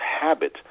habit